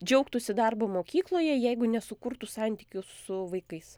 džiaugtųsi darbu mokykloje jeigu nesukurtų santykių su vaikais